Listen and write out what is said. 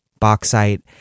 bauxite